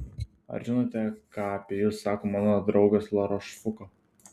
ar žinote ką apie jus sako mano draugas larošfuko